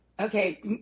Okay